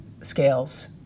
scales